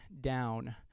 down